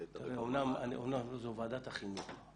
אמנם זו ועדת החינוך.